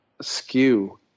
skew